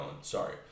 sorry